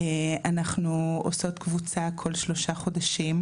אנחנו עושות קבוצה כל שלושה חודשים.